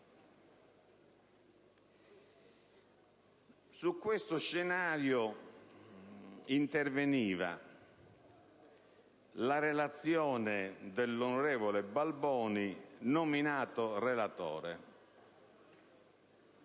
Su questo scenario interveniva la relazione del senatore Balboni, nominato relatore.